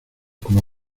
como